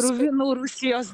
kruvinų rusijos